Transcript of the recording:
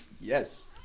Yes